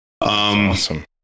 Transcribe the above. Awesome